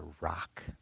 rock